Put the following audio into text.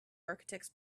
architects